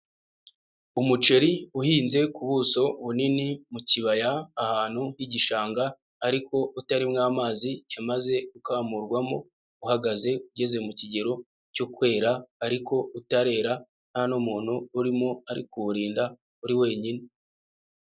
Umuceri uhinze ku buso bunini mu kibaya ahantu h'igishanga ariko utaririmo amazi yamaze gukamurwamo, uhagaze ugeze mu kigero cyo kwera ariko utarera, nta n'umuntu urimo ari kuwurinda, uri wenyine.